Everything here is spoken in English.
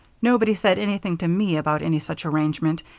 nobody said anything to me about any such arrangement,